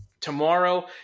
Tomorrow